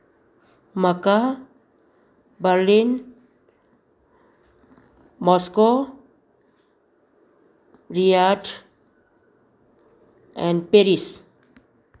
Makkah Berlin Moscow Riyadh and Paris